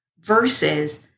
versus